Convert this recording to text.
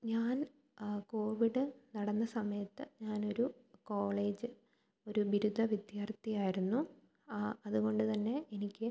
ഞാന് കോവിഡ് നടന്ന സമയത്ത് ഞാൻ ഒരു കോളേജ് ഒരു ബിരുദ വിദ്യാര്ത്ഥി ആയിരുന്നു അതുകൊണ്ടു തന്നെ എനിക്ക്